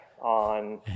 on